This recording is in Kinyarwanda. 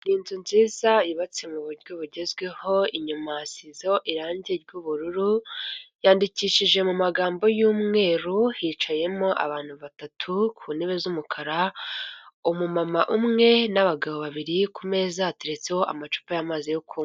Iyi nzu nziza yubatse mu buryo bugezweho, inyuma yasizeho irangi ry'ubururu yandikishije mu magambo y'umweru hicayemo abantu batatu ku ntebe z'umukara umumama umwe n'abagabo babiri ku meza hateretseho amacupa y'amazi yo kunywa.